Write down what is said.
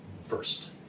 first